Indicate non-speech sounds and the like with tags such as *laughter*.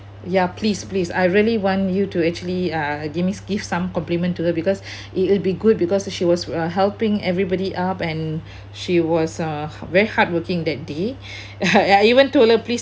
ya please please I really want you to actually uh give me give some compliment to her because it will be good because she was uh helping everybody up and she was uh very hardworking that day *breath* I even told her please